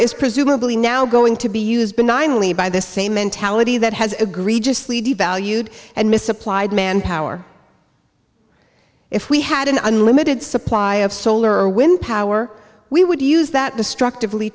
is presumably now going to be used benignly by the same mentality that has agreed just devalued and misapplied manpower if we had an unlimited supply of solar wind power we would use that destructive